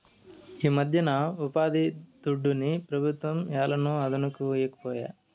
ఈమధ్యన ఉపాధిదుడ్డుని పెబుత్వం ఏలనో అదనుకి ఈకపాయే